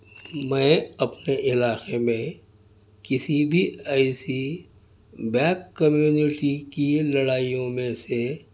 میں اپنے علاقے میں کسی بھی ایسی بیک کمیونٹی کی لڑائیوں میں سے